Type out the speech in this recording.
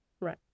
Right